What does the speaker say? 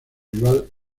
rival